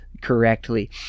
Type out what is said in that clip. correctly